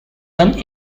one